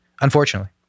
Unfortunately